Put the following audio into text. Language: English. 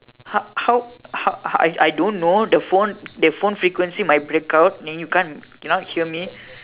how how how I I don't know the phone the phone frequency might break out and then you cannot hear me